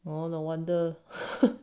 oh no wonder